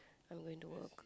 I'm going to work